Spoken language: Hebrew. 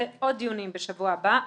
עוד דיונים בשבוע הבא.